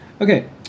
Okay